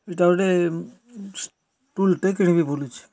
ଇଟା ଗୁଟେ ସ୍ଟୁଲ୍ଟେ କିଣ୍ବି ବୋଲୁଛେ